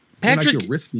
Patrick